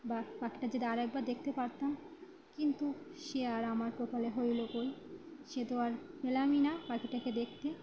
বা পাখিটা যদি আর একবার দেখতে পারতাম কিন্তু সে আর আমার কপালে হল কোই সে তো আর পালামই না পাখিটাকে দেখতে